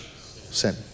Sin